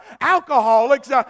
alcoholics